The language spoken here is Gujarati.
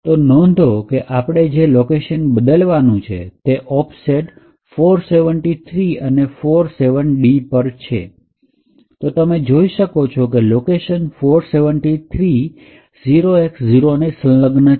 તો નોંધો કે આપણે જે લોકેશન બદલવાનું છે એ ઓફસેટ ૪૭૩ અને ૪૭d પર છે તો તમે જોઈ શકો છો કે લોકેશન ૪૭૩ 0X0 ને સંલગ્ન છે